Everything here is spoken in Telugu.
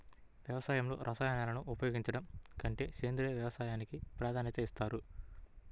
వ్యవసాయంలో రసాయనాలను ఉపయోగించడం కంటే సేంద్రియ వ్యవసాయానికి ప్రాధాన్యత ఇస్తారు